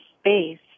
space